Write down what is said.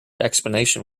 explanation